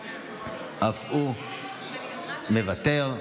אף הוא מוותר,